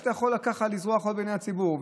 איך אתה יכול ככה לזרות חול בעיני הציבור?